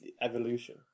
evolution